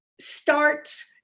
starts